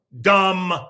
dumb